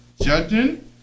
judging